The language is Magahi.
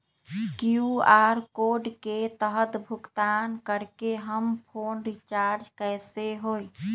कियु.आर कोड के तहद भुगतान करके हम फोन रिचार्ज कैसे होई?